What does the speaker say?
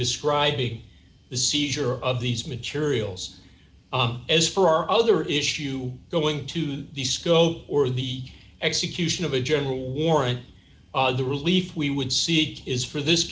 describing the seizure of these materials and as for our other issue going to the scope or the execution of a general warrant the relief we would seek is for this